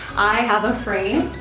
i have a frame,